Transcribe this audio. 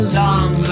long